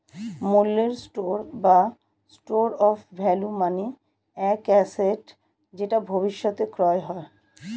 মূল্যের স্টোর বা store of value মানে এক অ্যাসেট যেটা ভবিষ্যতে ক্রয় হয়